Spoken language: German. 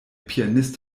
pianist